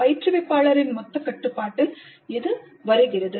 பயிற்றுவிப்பாளர் மொத்த கட்டுப்பாட்டில் இது வருகிறது